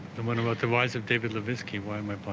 the one about the wives of david levitsky why am